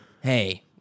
Hey